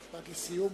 משפט לסיום.